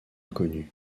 inconnue